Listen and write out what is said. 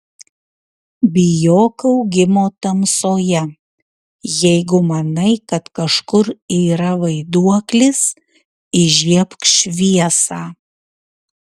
bijok augimo tamsoje jeigu manai kad kažkur yra vaiduoklis įžiebk šviesą